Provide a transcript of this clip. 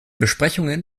besprechungen